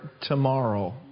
tomorrow